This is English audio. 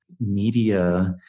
media